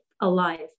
alive